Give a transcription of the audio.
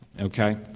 Okay